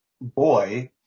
boy